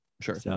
Sure